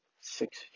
six